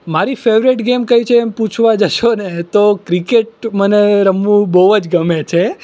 મારી favourite game કઈ છે એમ પૂછવા જશોને તો ક્રિકેટ મને રમવું બહુ જ ગમે છે